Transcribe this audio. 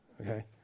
okay